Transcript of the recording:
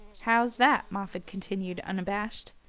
how's that? moffatt continued unabashed.